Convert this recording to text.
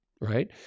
Right